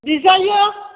बिजायो